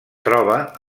troba